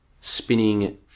spinning